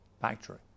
factory